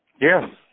Yes